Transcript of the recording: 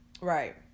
right